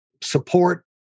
support